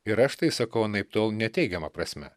ir aš tai sakau anaiptol ne teigiama prasme